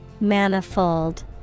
Manifold